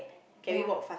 ya